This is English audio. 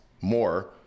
more